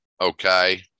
Okay